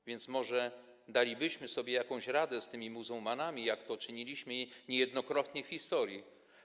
A więc może dalibyśmy sobie jakoś radę z tymi muzułmanami, jak to czyniliśmy niejednokrotnie w historii.